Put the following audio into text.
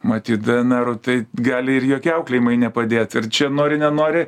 matyt dėeneru tai gali ir jokie auklėjimai nepadėt ir čia nori nenori